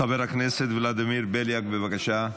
חבר הכנסת ולדימיר בליאק, בבקשה.